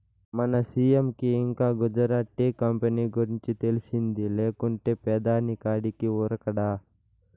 మన సీ.ఎం కి ఇంకా గుజరాత్ టీ కంపెనీ గురించి తెలిసింది లేకుంటే పెదాని కాడికి ఉరకడా